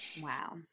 Wow